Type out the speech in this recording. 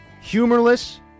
humorless